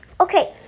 Okay